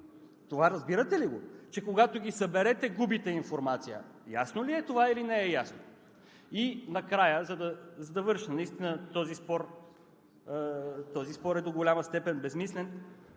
Това разбирате ли го – че когато ги съберете, губите информация? Ясно ли е това, или не е ясно? Накрая, за да завърша този спор, който до голяма степен е безсмислен.